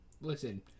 listen